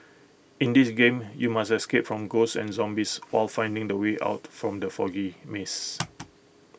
in this game you must escape from ghosts and zombies while finding the way out from the foggy maze